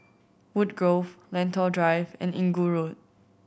Woodgrove Lentor Drive and Inggu Road